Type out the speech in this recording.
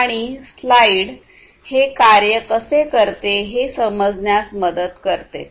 आणि स्लाइड हे कार्य कसे करते हे समजण्यास मदत करते